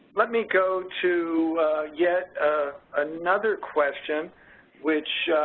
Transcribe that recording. let me go to yet another question which